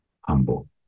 humble